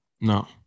No